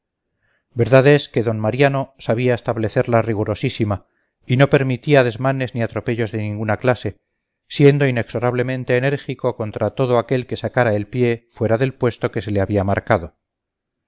verdad es que d mariano sabía establecerla rigurosísima y no permitía desmanes ni atropellos de ninguna clase siendo inexorablemente enérgico contra todo aquel que sacara el pie fuera del puesto que se le había marcado